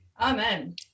Amen